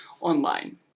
online